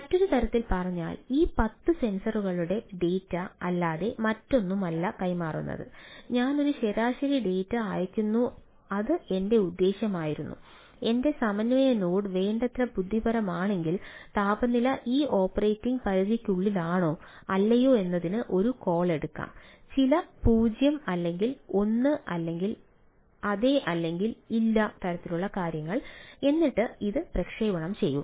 മറ്റൊരു തരത്തിൽ പറഞ്ഞാൽ ഈ 10 സെൻസറു എടുക്കാം ചില 0 അല്ലെങ്കിൽ 1 അല്ലെങ്കിൽ അതെ അല്ലെങ്കിൽ ഇല്ല തരത്തിലുള്ള കാര്യങ്ങൾ എന്നിട്ട് ഇത് പ്രക്ഷേപണം ചെയ്യുക